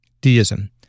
Deism